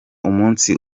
umunsi